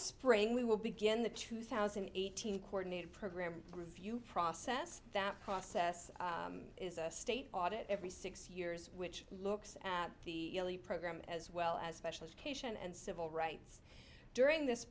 spring we will begin the two thousand and eighteen coronated program review process that process is a state audit every six years which looks at the program as well as special education and civil rights during this